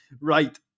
right